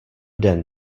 den